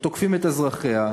כשתוקפים את אזרחיה,